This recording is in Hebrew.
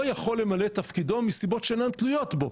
יכול למלא את תפקידו מסיבות שאינן תלויות בו,